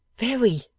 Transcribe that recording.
very,